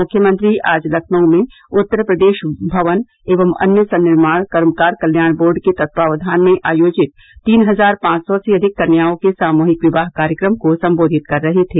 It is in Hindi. मुख्यमंत्री आज लखनऊ में उत्तर प्रदेश भवन एवं अन्य सन्निर्माण कर्मकार कल्याण बोर्ड के तत्वाक्यान में आयोजित तीन हजार पांच र्सी से अधिक कन्याओं के सामूहिक विवाह कार्यक्रम को सम्बोधित कर रहे थे